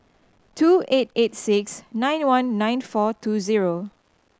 two eight eight six nine one nine four two zero